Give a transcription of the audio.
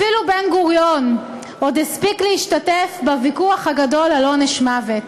אפילו בן-גוריון עוד הספיק להשתתף בוויכוח הגדול על עונש מוות.